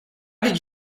did